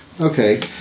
Okay